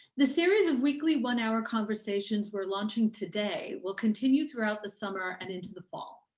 the series of weekly one hour conversations we're launching today will continue throughout the summer and into the fall.